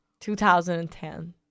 2010